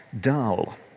dull